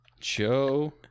Joe